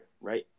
right